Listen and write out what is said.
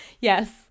yes